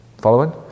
Following